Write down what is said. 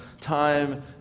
time